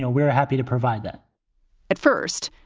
ah we're happy to provide that at first,